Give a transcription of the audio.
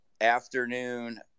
afternoon